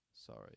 Sorry